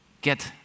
get